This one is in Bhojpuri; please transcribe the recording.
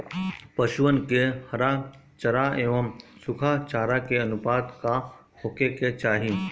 पशुअन के हरा चरा एंव सुखा चारा के अनुपात का होखे के चाही?